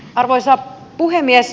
arvoisa puhemies